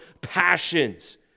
passions